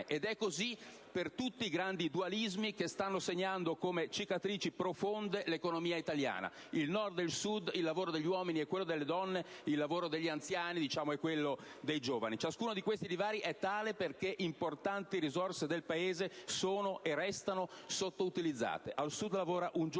Ed è così per tutti i grandi dualismi che segnano, come cicatrici profonde, l'economia italiana: il Nord e il Sud, il lavoro degli uomini e quello delle donne, il lavoro degli anziani e quello dei giovani. Ciascuno di questi divari è tale perché importanti risorse del Paese sono e restano sottoutilizzate. Al Sud lavora un giovane